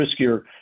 riskier